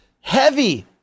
heavy